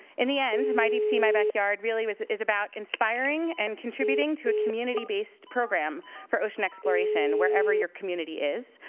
in the end, my deep sea, my backyard really is about inspiring, and contributing to a community-based program for ocean exploration wherever your community is,